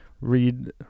read